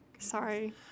sorry